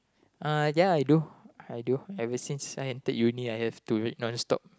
uh ya I do I do ever since I entered Uni I have to read non stop